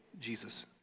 Jesus